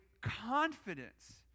confidence